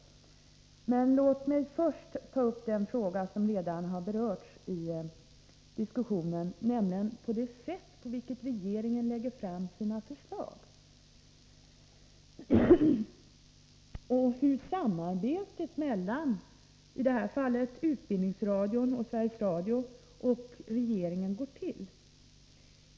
Men låt mig först ta upp den fråga som redan har berörts i diskussionen, nämligen det sätt på vilket regeringen lägger fram sina förslag och hur samarbetet mellan i detta fall UR och Sveriges Radio och regeringen har gått till.